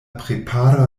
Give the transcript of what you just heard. prepara